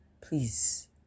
Please